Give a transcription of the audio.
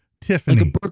Tiffany